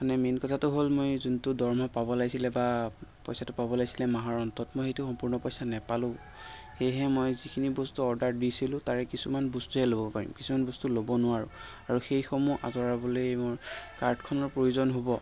মানে মেইন কথাটো হ'ল মই যোনটো দৰমহা পাব লাগিছিল বা পইচাটো পাব লাগিছিলে মাহৰ অন্তত মই সেইটো সম্পূৰ্ণ পইচা নাপালোঁ সেয়েহে মই যিখিনি বস্তু অৰ্ডাৰ দিছিলোঁ তাৰে কিছুমান বস্তুহে ল'ব পাৰিম কিছুমান বস্তু ল'ব নোৱাৰোঁ আৰু সেইসমূহ আঁতৰাবলৈ মোৰ কাৰ্ডখনৰ প্ৰয়োজন হ'ব